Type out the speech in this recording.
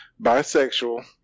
Bisexual